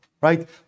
right